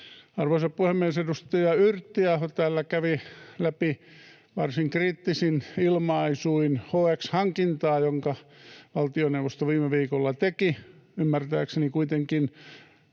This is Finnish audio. Arvoisa puhemies! Edustaja Yrttiaho täällä kävi läpi varsin kriittisin ilmaisuin HX-hankintaa, jonka valtioneuvosto viime viikolla teki. Ymmärtääkseni kuitenkin